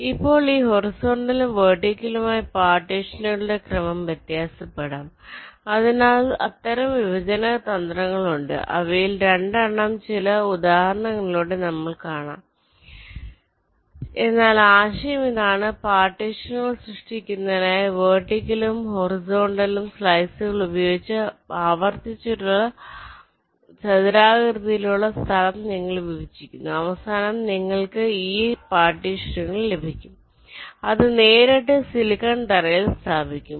ഇപ്പോൾ ഈ ഹോറിസോണ്ടെലും വെർട്ടിക്കലുംമായ പാർട്ടീഷനുകളുടെ ക്രമം വ്യത്യാസപ്പെടാം അതിനാൽ അത്തരം വിഭജന തന്ത്രങ്ങൾ ഉണ്ട് അവയിൽ 2 എണ്ണം ചില ഉദാഹരണങ്ങളിലൂടെ നമ്മൾ കാണും എന്നാൽ ആശയം ഇതാണ് പാർട്ടീഷനുകൾ സൃഷ്ടിക്കുന്നതിനായി വെർട്ടിക്കൽ വും ഹോറിസോണ്ടൽ സ്ലൈസുകൾ ഉപയോഗിച്ച് ആവർത്തിച്ചുള്ള ചതുരാകൃതിയിലുള്ള സ്ഥലം നിങ്ങൾ വിഭജിക്കുന്നു അവസാനം നിങ്ങൾക്ക് ഈ പാർട്ടീഷനുകൾ ലഭിക്കും അത് നേരിട്ട് സിലിക്കൺ തറയിൽ സ്ഥാപിക്കും